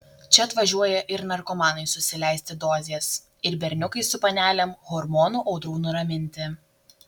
čia atvažiuoja ir narkomanai susileisti dozės ir berniukai su panelėm hormonų audrų nuraminti